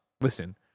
Listen